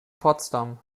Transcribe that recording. potsdam